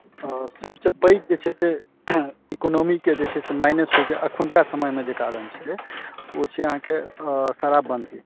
सबसँ पैघ जे छै से इकॉनोमीके जे छै से माइनस होयके एखुनका समयमे कारण छै ओ छै अहाँकेँ शराबबन्दी